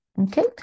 okay